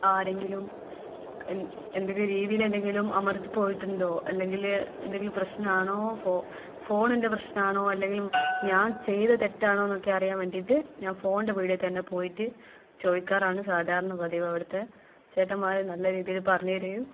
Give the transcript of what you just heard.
ആരെങ്കിലും എൻ എന്തെങ്കിലും രീതീലെന്തെങ്കിലും അമർത്തി പോയിട്ടുണ്ടൊ അല്ലെങ്കിൽ എന്തെങ്കിലും പ്രശ്നം ആണോ ഫോ ഫോണിൻ്റെ പ്രശ്നം ആണോ ഞാൻ ചെയ്ത തെറ്റാണോ എന്നൊക്കെ അറിയാൻ വേണ്ടിയിട്ട് ഞാൻ ഫോണിന്റെ പീടികയിൽ തന്നെ പോയിട്ട് ചോദിക്കാറാണ് സാധാരണ പതിവ് അവിടുത്തെ ചേട്ടന്മാർ നല്ല രീതിയിൽ പറഞ്ഞു തരികയും